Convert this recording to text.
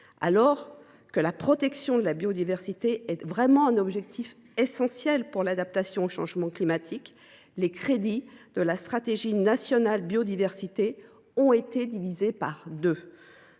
Alors que la protection de la biodiversité est un objectif essentiel pour l’adaptation au changement climatique, il est prévu que les crédits de la stratégie nationale biodiversité soient divisés par deux.